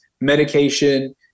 medication